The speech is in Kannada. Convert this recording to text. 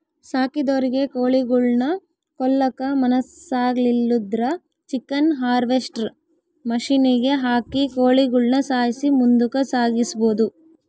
ಸಾಕಿದೊರಿಗೆ ಕೋಳಿಗುಳ್ನ ಕೊಲ್ಲಕ ಮನಸಾಗ್ಲಿಲ್ಲುದ್ರ ಚಿಕನ್ ಹಾರ್ವೆಸ್ಟ್ರ್ ಮಷಿನಿಗೆ ಹಾಕಿ ಕೋಳಿಗುಳ್ನ ಸಾಯ್ಸಿ ಮುಂದುಕ ಸಾಗಿಸಬೊದು